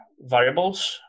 variables